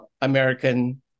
American